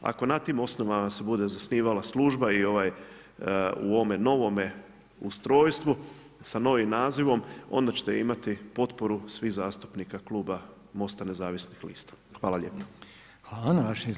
Ako na tim osnovama se bude zasnivala služba i u ovome novom ustrojstvu sa novim nazivom onda ćete imati potporu svih zastupnika kluba Most-a nezavisnih lista.